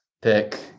pick –